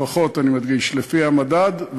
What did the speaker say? אני מדגיש לפי המדד,